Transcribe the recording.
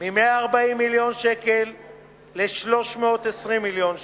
מ-140 מיליון ש"ח ל-320 מיליון ש"ח.